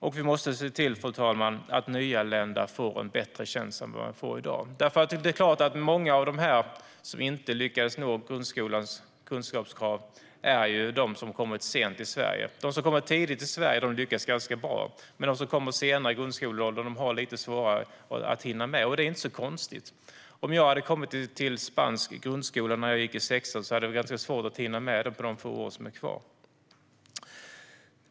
Och vi måste se till, fru talman, att nyanlända får en bättre chans än vad de får i dag. Det är klart att många av dem som inte lyckats nå grundskolans kunskapskrav har kommit sent till Sverige. De som kommit tidigt till Sverige lyckas ganska bra. Men de som kommer senare i grundskoleåldern har lite svårare att hinna med, och det är inte så konstigt. Om jag hade kommit till en spansk grundskola när jag gick i sexan hade jag haft ganska svårt att hinna lyckas på de få år som var kvar.